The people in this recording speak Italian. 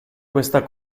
questa